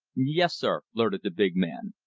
yes, sir, blurted the big man.